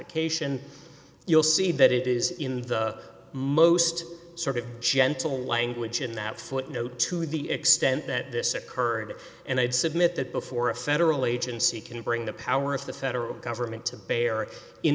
ication you'll see that it is in the most sort of gentle the language in that footnote to the extent that this occurred and i'd submit that before a federal agency can bring the power of the federal government to bear in